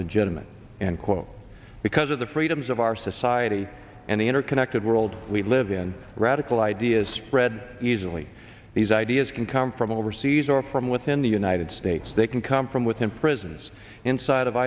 legitimate and quote because of the freedoms of our society and the interconnected world we live in radical ideas spread easily these ideas can come from overseas or from within the united states they can come from within prisons inside of